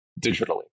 digitally